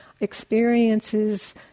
experiences